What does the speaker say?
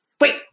Wait